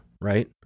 right